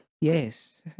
Yes